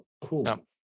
Cool